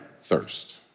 thirst